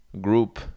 group